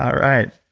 um right,